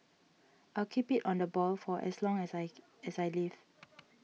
I'll keep it on the boil for as long as I as I live